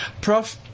Prof